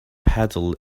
paddle